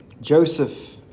Joseph